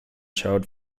child